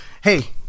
hey